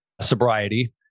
sobriety